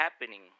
happening